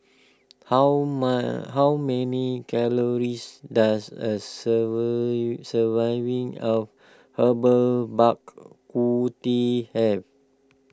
how man how many calories does a server surviving of Herbal Bak Ku Teh have